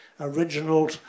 original